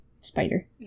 spider